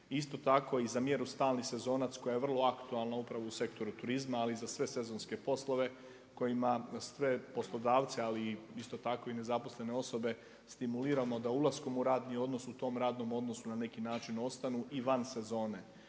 isto tako i za mjeru stalni sezonac koja je vrlo aktualna upravo u sektoru turizma, ali i za sve sezonske poslove kojima se poslodavci, ali isto tako i ne zaposlene osobe stimuliramo da ulaskom u radni odnos u tom radnom odnosu na neki način ostanu i van sezone.